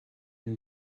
and